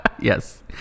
Yes